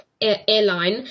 airline